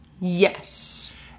Yes